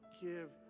give